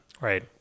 Right